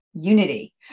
unity